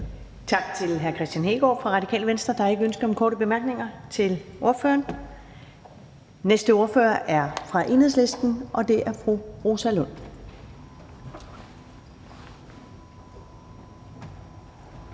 Tak til hr. Kristian Hegaard og Radikale Venstre. Der er ingen korte bemærkninger til ordføreren. Den næste ordfører kommer fra Enhedslisten, og det er fru Victoria